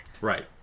Right